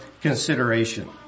consideration